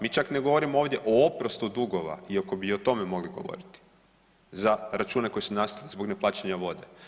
Mi čak ne govorimo ovdje o oprostu dugova iako bi i o tome mogli govoriti za račune koji su nastali zbog neplaćanja vode.